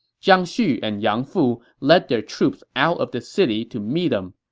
jiang xu and yang fu led their troops out of the city to meet him.